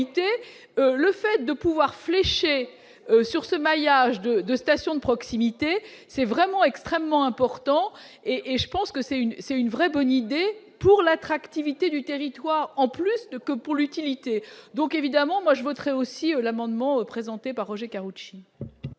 le fait de pouvoir fléché sur ce mariage de 2 stations de proximité, c'est vraiment extrêmement important et je pense que c'est une, c'est une vraie bonne idée pour l'attractivité du territoire, en plus de que pour l'utilité donc évidemment moi je voterai aussi l'amendement présenté par Roger Karoutchi.